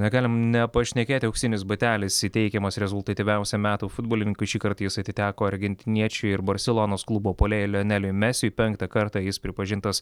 negalim nepašnekėti auksinis batelis įteikiamas rezultatyviausiam metų futbolininkui šįkart jis atiteko argentiniečiui ir barselonos klubo puolėjui lioneliui mesiui penktą kartą jis pripažintas